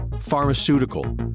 pharmaceutical